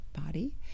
body